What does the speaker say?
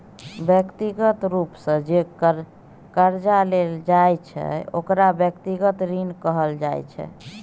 व्यक्तिगत रूप सँ जे करजा लेल जाइ छै ओकरा व्यक्तिगत ऋण कहल जाइ छै